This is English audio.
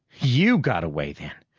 you got away then?